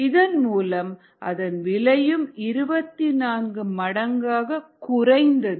இதன் மூலம் அதன் விலையும் 24 மடங்காக குறைந்தது